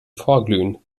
vorglühen